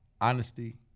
honesty